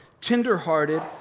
tenderhearted